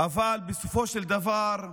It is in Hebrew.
בסופו של דבר,